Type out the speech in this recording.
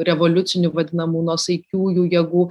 revoliucinių vadinamų nuosaikiųjų jėgų